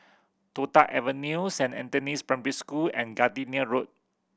Toh Tuck Avenue Saint Anthony's Primary School and Gardenia Road